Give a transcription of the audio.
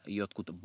jotkut